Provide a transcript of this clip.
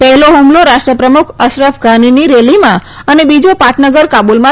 પહેલો હ્મલો રાષ્ટ્રપ્રમુખ અશરફ ધાનીની રેલીમાં અને બીજા પાટનગર કાબૂલમાં થયો